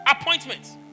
Appointments